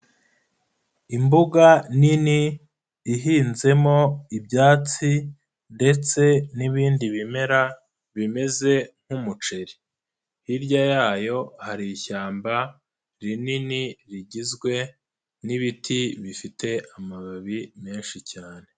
Imbuga nini ihinzemo ibyatsi ndetse n'ibindi bimera bimeze nk'umuceri. Hirya yayo hari ishyamba rinini rigizwe n'ibiti bifite amababi menshi cyane.